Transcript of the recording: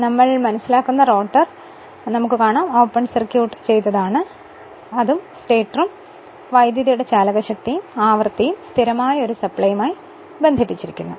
ആദ്യം നമ്മൾ മനസ്സിലാക്കുന്ന റോട്ടർ ഓപ്പൺ സർക്യൂട്ട് ആണ് അതും സ്റ്റേറ്ററും വൈദ്യുതിയുടെ ചാലകശക്തിയും ആവൃത്തിയും സ്ഥിരമായ ഒരു സപ്ലൈയുമായി ബന്ധിപ്പിച്ചിരിക്കുന്നു